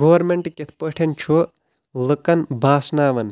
government کِتھ پٲٹھۍ چھُ لُکن باسناوان